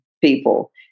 people